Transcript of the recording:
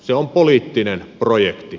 se on poliittinen projekti